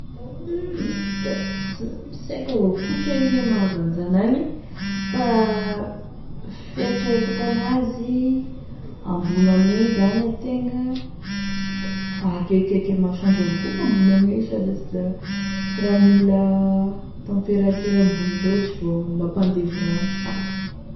Hum da sy aiko avao koa sha hoe ino e mahavy an'izany agny fa fieritreretako an'azy, ambony amignegny zany antegna da fa akekikeky ame masoandro avao koa amignegny sha da sy raha mila température ambony loatry vao mampandevy rano.